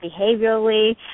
behaviorally